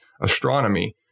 astronomy